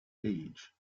age